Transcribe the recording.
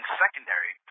secondary